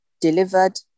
delivered